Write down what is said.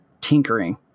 tinkering